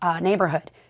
neighborhood